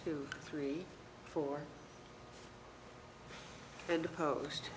two three four and post